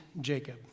Jacob